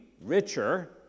richer